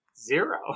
zero